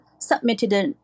submitted